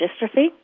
dystrophy